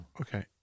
Okay